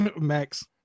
Max